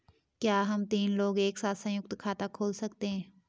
क्या हम तीन लोग एक साथ सयुंक्त खाता खोल सकते हैं?